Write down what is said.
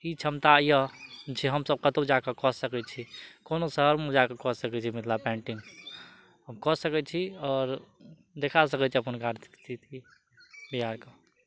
ई क्षमता यऽ जे हमसब कतौ जाकऽ कऽ सकैत छी कोनो शहरमे जाकऽ कऽ सकैत छी मिथिला पेन्टिंग हम कऽ सकैत छी आओर देखा सकैत छी अपन कार्तिक स्थिति बिहार कऽ